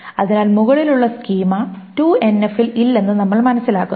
അതിനാൽ മുകളിലുള്ള schema 2NF ൽ ഇല്ലെന്ന് നമ്മൾ മനസ്സിലാക്കുന്നു